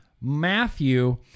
Matthew